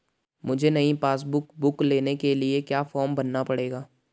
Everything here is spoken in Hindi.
मुझे नयी पासबुक बुक लेने के लिए क्या फार्म भरना पड़ेगा?